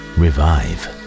revive